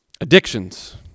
Addictions